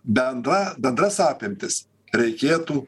bendra bendras apimtis reikėtų